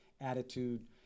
attitude